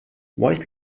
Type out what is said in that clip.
weiss